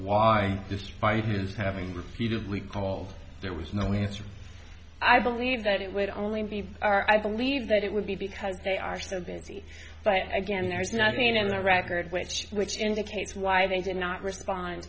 why despite his having repeatedly called there was no answer i believe that it would only be our i believe that it would be because they are so busy but again there is nothing in their record which which indicates why they did not respond